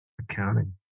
Accounting